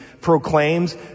proclaims